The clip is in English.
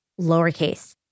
lowercase